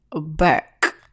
back